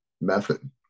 method